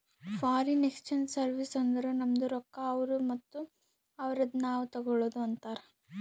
foreign exchange service ಅಂದುರ್ ನಮ್ದು ರೊಕ್ಕಾ ಅವ್ರು ಮತ್ತ ಅವ್ರದು ನಾವ್ ತಗೊಳದುಕ್ ಅಂತಾರ್